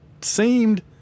seemed